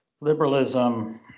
liberalism